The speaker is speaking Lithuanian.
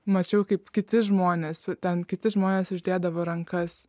mačiau kaip kiti žmonės ten kiti žmonės uždėdavo rankas